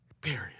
Period